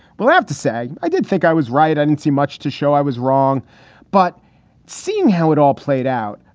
have to say, i did think i was right. i don't see much to show i was wrong but seeing how it all played out.